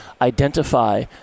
identify